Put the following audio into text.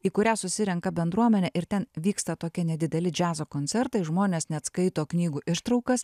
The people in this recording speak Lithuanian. į kurią susirenka bendruomenė ir ten vyksta tokie nedideli džiazo koncertai žmonės net skaito knygų ištraukas